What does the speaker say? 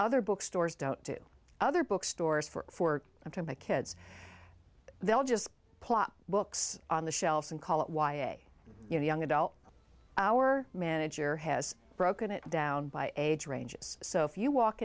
other bookstores don't do other bookstores for work i tell my kids they'll just plop books on the shelves and call it why a young adult our manager has broken it down by age ranges so if you walk